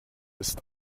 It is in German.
ist